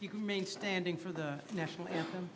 you can remain standing for the national anthem